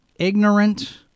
ignorant